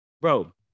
Bro